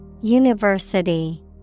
University